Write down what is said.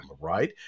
right